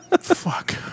Fuck